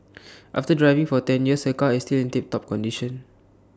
after driving for ten years her car is still in tiptop condition